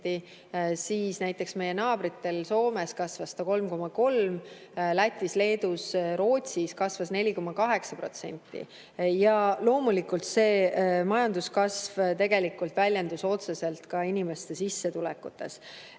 siis näiteks meie naabritel Soomes kasvas see 3,3%, Lätis, Leedus ja Rootsis kasvas 4,8%. Loomulikult, majanduskasv väljendus otseselt ka inimeste sissetulekutes.